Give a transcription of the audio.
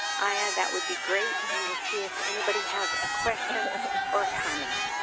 aya, that would be great and we'll see if anybody has a question or a comment.